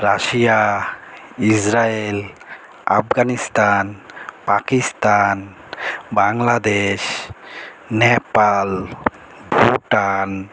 Russia Israel Afghanistan Pakistan Bangladesh Nepal Bhutan